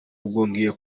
bwongeye